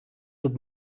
lub